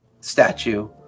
statue